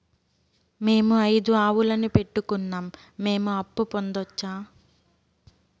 మేము ఐదు ఆవులని పెట్టుకున్నాం, మేము అప్పు పొందొచ్చా